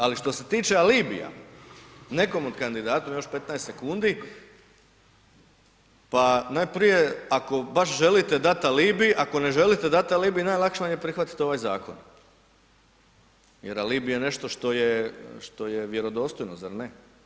Ali što se tiče alibija, nekom od kandidata, imam još 15 sekundi, pa najprije ako baš želite dat alibi, ako ne želite dat alibi, najlakše vam je prihvatit ovaj zakon jer alibi je nešto što je, što je vjerodostojno zar ne?